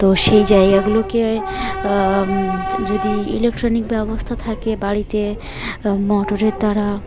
তো সেই জায়গাগুলোকে যদি ইলেকট্রনিক ব্যবস্থা থাকে বাড়িতে মোটরের দ্বারা